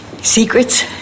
Secrets